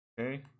okay